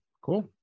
cool